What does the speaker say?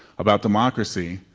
about democracy,